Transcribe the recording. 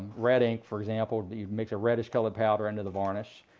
red ink, for example. but you'd mix a reddish color powder into the varnish.